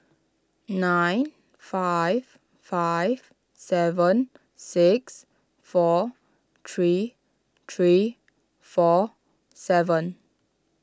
nine five five seven six four three three four seven